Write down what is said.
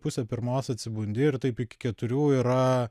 pusę pirmos atsibundi ir taip iki keturių yra